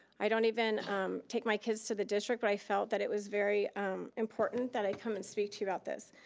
i don't even take my kids to the district, but i felt that it was very important that i come and speak to you about this.